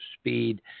speed